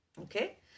Okay